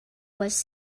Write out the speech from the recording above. was